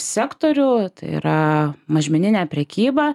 sektorių tai yra mažmeninė prekyba